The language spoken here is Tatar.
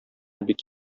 бик